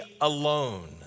alone